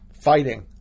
fighting